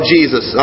Jesus